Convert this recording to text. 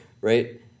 right